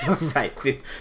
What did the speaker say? Right